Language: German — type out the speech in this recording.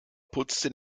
putzte